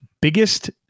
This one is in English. Biggest